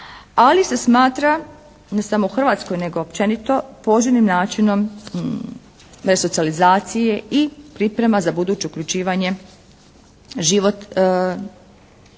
Ali se smatra, ne samo u Hrvatskoj, nego općenito poželjnim načinom resocijalizacije i priprema za buduće uključivanje život,